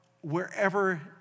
wherever